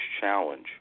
challenge